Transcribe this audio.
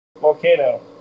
Volcano